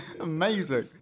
Amazing